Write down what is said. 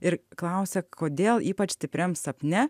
ir klausia kodėl ypač stipriam sapne